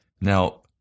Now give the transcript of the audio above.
Now